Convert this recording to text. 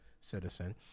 citizen